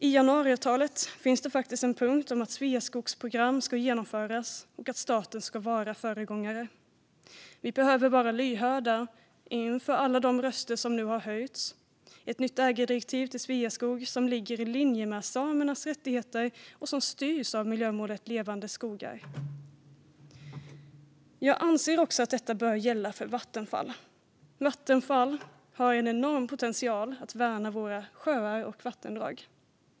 I januariavtalet finns det faktiskt en punkt om att ett Sveaskogsprogram ska genomföras och att staten ska vara föregångare. Vi behöver vara lyhörda inför alla de röster som nu har höjts när det gäller ett nytt ägardirektiv till Sveaskog som ligger i linje med samernas rättigheter och som styrs av miljömålet Levande skogar. Jag anser att detta bör gälla också för Vattenfall, som har en enorm potential att värna våra sjöar och vattendrag.